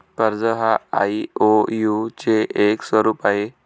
कर्ज हा आई.ओ.यु चे एक स्वरूप आहे